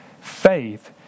Faith